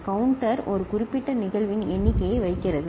counter ஒரு குறிப்பிட்ட நிகழ்வின் எண்ணிக்கையை வைத்திருக்கிறது